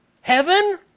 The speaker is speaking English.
heaven